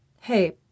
Hey